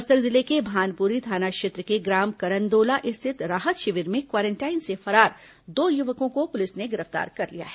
बस्तर जिले के भानपुरी थाना क्षेत्र के ग्राम करंदोला स्थित राहत शिविर में क्वारेंटाइन से फरार दो युवकों को पुलिस ने गिरफ्तार कर लिया है